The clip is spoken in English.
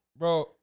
Bro